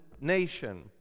nation